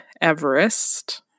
Everest